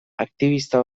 aktibista